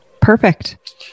perfect